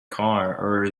car